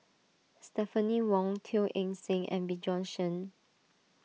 Stephanie Wong Teo Eng Seng and Bjorn Shen